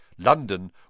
London